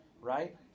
right